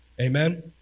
amen